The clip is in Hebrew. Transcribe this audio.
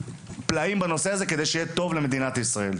פלאים בנושא הזה כדי שיהיה טוב למדינת ישראל.